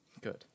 Good